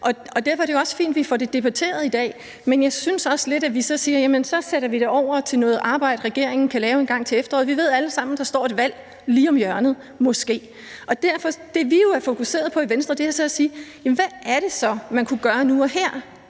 Derfor er det jo også fint, at vi får det debatteret i dag. Men jeg synes også lidt, at vi så siger: Jamen så sætter vi det over til noget arbejde, regeringen kan lave engang til efteråret. Vi ved alle sammen, at der står et valg lige om hjørnet – måske. Derfor er det, vi er fokuseret på i Venstre, så at sige: Hvad er det så, man kunne gøre nu og her?